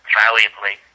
valiantly